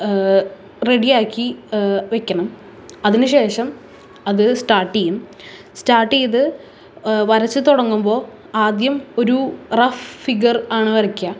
റെഡിയാക്കി വെക്കണം അതിന് ശേഷം അത് സ്റ്റാർട്ട് ചെയ്യും സ്റ്റാർട്ട് ചെയ്ത് വരച്ച് തുടങ്ങുമ്പോൾ ആദ്യം ഒരു റഫ് ഫിഗർ ആണ് വരയ്ക്കുക